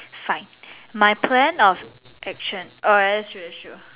fine my plan of action oh that's true that's true